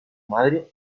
madre